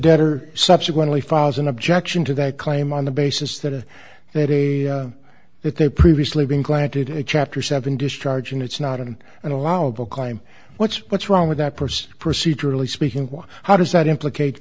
debtor subsequently files an objection to that claim on the basis that that is if they previously been granted a chapter seven discharge and it's not an allowable crime what's what's wrong with that person procedurally speaking how does that implicate